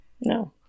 No